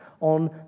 on